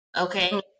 Okay